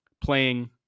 Playing